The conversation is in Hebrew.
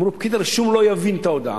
אמרו: פקיד הרישום לא יבין את ההודעה.